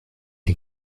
can